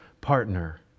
partner